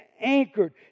anchored